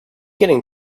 getting